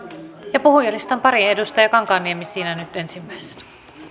ja puhujalistan pariin edustaja kankaanniemi siinä nyt ensimmäisenä